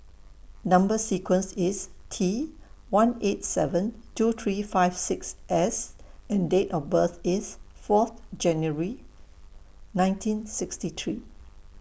Number sequence IS T one eight seven two three five six S and Date of birth IS Fourth January nineteen sixty three